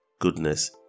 goodness